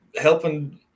helping